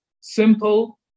simple